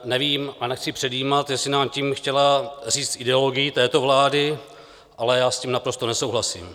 Nevím a nechci předjímat, jestli nám tím chtěla říct ideologii této vlády, ale já s tím naprosto nesouhlasím.